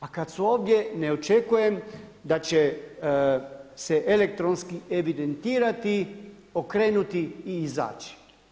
A kada su ovdje ne očekujem da će se elektronski evidentirati, okrenuti i izaći.